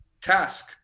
task